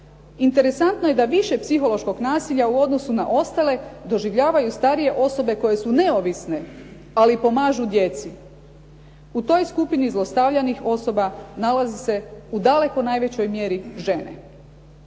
Interesantno je da više psihološkog nasilja u odnosu na ostale doživljavaju starije osobe koje su neovisne ali pomažu djeci. U toj skupini zlostavljanih osoba nalazi se u daleko najvećoj mjeri žene.